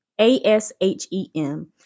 A-S-H-E-M